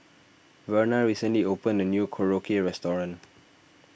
Verna recently opened a new Korokke restaurant